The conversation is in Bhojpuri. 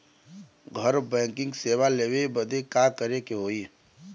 घर बैकिंग सेवा लेवे बदे का करे के होई?